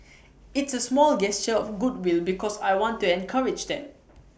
it's A small gesture of goodwill because I want to encourage them